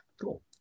Cool